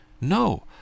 No